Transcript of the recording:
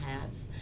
hats